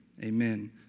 Amen